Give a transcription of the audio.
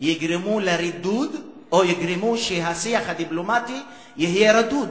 יגרמו לרידוד או יגרמו שהשיח הדיפלומטי יהיה רדוד.